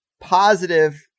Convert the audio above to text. positive